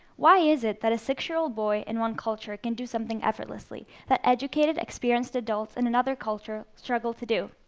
why is it that a six-year-old boy in one culture can do something effortlessly that educated, experienced adults in another culture struggle to do?